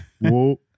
Whoa